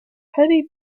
petty